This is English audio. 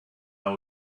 will